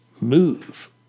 Move